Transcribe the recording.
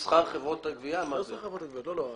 שוב ששכנעתם אותנו והבנו שזה פתח לבעיה גדולה.